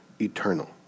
eternal